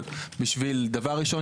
אבל בשביל דבר ראשון